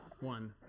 One